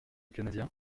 canadien